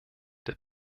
der